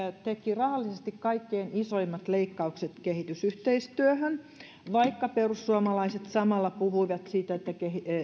teki rahallisesti kaikkein isoimmat leikkaukset kehitysyhteistyöhön vaikka perussuomalaiset samalla puhuivat siitä että